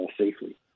safely